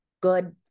good